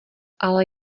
ale